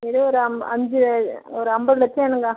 ஏதோ ஒரு அம் அஞ்சு ஒரு ஐம்பது லட்சம் வேணுங்கக்கா